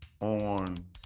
on